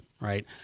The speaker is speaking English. right